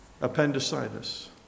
appendicitis